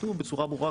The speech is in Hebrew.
כתוב בצורה ברורה,